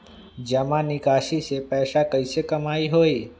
जमा निकासी से पैसा कईसे कमाई होई?